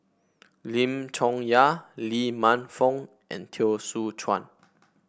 Lim Chong Yah Lee Man Fong and Teo Soon Chuan